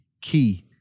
key